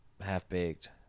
Half-Baked